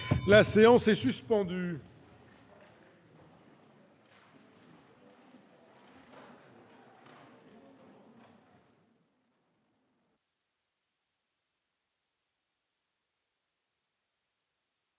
La séance est suspendue.